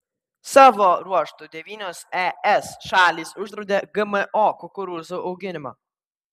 savo ruožtu devynios es šalys uždraudė gmo kukurūzų auginimą